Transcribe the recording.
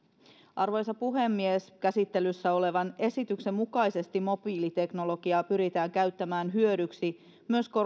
arvoisa puhemies käsittelyssä olevan esityksen mukaisesti mobiiliteknologiaa pyritään käyttämään hyödyksi myös